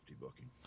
booking